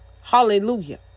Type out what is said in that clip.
Hallelujah